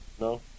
No